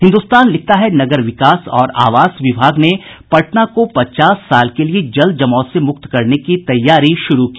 हिन्दुस्तान लिखता है नगर विकास और आवास विभाग ने पटना को पचास साल के लिए जल जमाव से मुक्त करने की तैयारी शुरू की